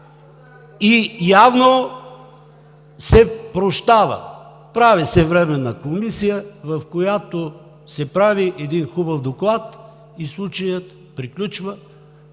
и реплики от ОП.) Прави се временна комисия, в която се прави един хубав доклад и случаят приключва.